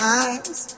eyes